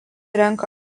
renka